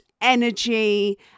energy